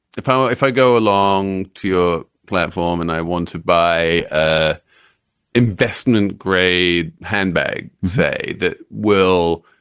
if if i go along to your platform and i want to buy ah investment grade handbag, say that will